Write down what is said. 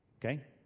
Okay